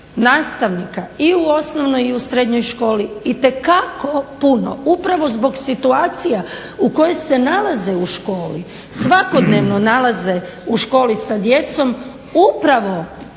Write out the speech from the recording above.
nastavnika i u osnovnoj i u srednjoj školi itekako puno upravo zbog situacija u kojoj se nalaze u školi svakodnevno nalaze u školi sa djecom upravo